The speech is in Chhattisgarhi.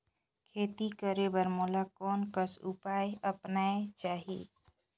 खेती करे बर मोला कोन कस उपाय अपनाये चाही?